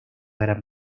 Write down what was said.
gran